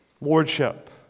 lordship